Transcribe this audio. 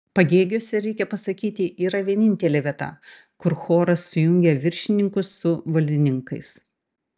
pagėgiuose reikia pasakyti yra vienintelė vieta kur choras sujungia viršininkus su valdininkais